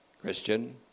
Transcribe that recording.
Christian